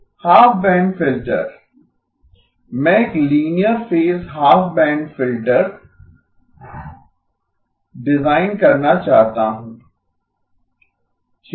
half band filter मैं एक linear phase half band filter design करना चाहता हूं ठीक है